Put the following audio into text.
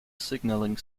signalling